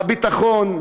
הביטחון,